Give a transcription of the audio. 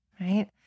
right